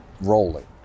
rolling